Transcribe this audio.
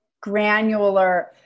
granular